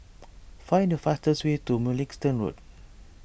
find the fastest way to Mugliston Road